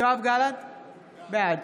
בעד